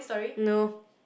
no